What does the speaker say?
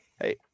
Hey